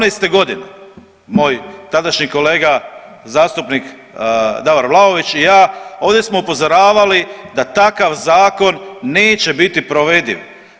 Moj tadašnji kolega zastupnik Davor Vlaović i ja ovdje smo upozoravali da takav zakon neće biti provediv.